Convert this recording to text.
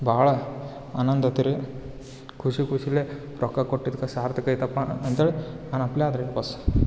ಬಹಳ ಆನಂದ ಆಗ್ತಿರಿ ರೀ ಖುಷಿ ಖುಷಿಲಿ ರೊಕ್ಕ ಕೊಟ್ಟಿದ್ಕ ಸಾರ್ಥಕ ಐತಪ್ಪಾ ಅಂತೇಳಿ ಅನ್ನೊಪ್ಲೇ ಆದ್ರಿ ಬಸ್